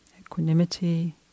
equanimity